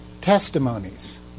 testimonies